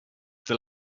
the